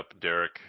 Derek